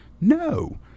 No